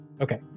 Okay